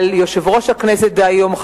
על יושב-ראש הכנסת דהיום,